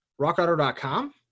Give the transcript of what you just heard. Rockauto.com